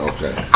Okay